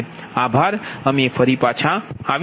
આભાર અમે ફરી પાછા આવીશું